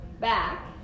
back